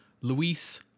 Luis